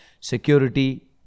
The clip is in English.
security